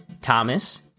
Thomas